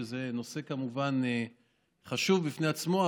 שזה כמובן נושא חשוב בפני עצמו,